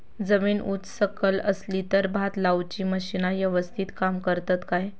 जमीन उच सकल असली तर भात लाऊची मशीना यवस्तीत काम करतत काय?